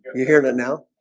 you hear that now